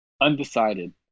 Undecided